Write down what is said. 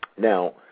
Now